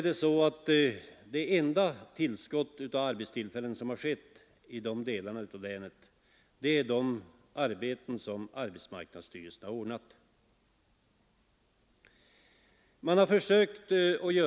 Det enda tillskott av arbetstillfällen som man fått i dessa delar av länet är de som arbetsmarknadsstyrelsen ordnat.